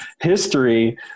history